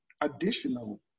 additional